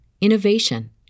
innovation